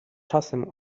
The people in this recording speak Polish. czasem